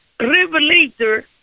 Revelator